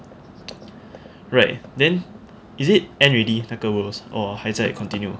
right then is it end already 那个 worlds or 还在 continue